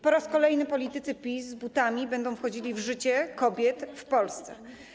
Po raz kolejny politycy PiS z butami będą wchodzili w życie kobiet w Polsce.